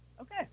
Okay